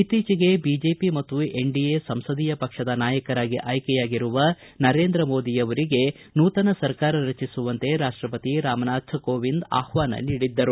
ಇತ್ತೀಚೆಗೆ ಬಿಜೆಪಿ ಮತ್ತು ಎನ್ಡಿಎ ಸಂಸದೀಯ ಪಕ್ಷದ ನಾಯಕರಾಗಿ ಆಯ್ಕೆಯಾಗಿರುವ ನರೇಂದ್ರ ಮೋದಿಯವರಿಗೆ ನೂತನ ಸರ್ಕಾರ ರಚಿಸುವಂತೆ ರಾಷ್ಟಪತಿ ರಾಮನಾಥ್ ಕೋವಿಂದ್ ಆಹ್ವಾನ ನೀಡಿದ್ದರು